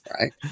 right